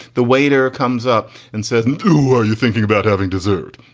the waiter comes up and says, who are you thinking about having dessert?